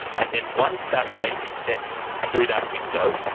and then once that rate is set through that window,